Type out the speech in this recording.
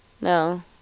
No